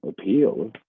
appeal